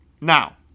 Now